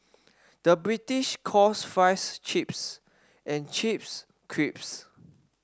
the British calls fries chips and chips crisps